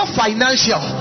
financial